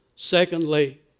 Secondly